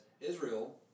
Israel